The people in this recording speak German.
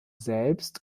selbst